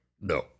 No